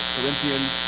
Corinthians